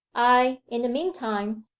i, in the meantime,